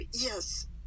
yes